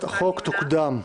הצעת החוק תוקדם.